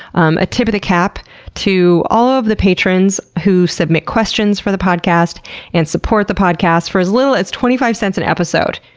um a tip of the cap to all of the patrons who submit questions for the podcast and support the podcast for as little as twenty five cents an episode.